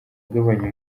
agabanya